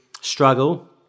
struggle